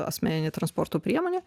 asmenine transporto priemone